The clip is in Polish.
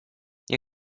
nie